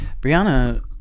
Brianna